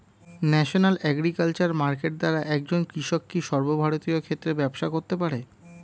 National agriculture market দ্বারা একজন কৃষক কি সর্বভারতীয় ক্ষেত্রে ব্যবসা করতে পারে?